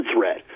threat